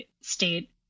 state